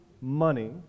money